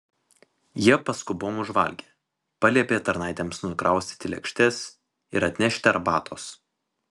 jie paskubom užvalgė paliepė tarnaitėms nukraustyti lėkštes ir atnešti arbatos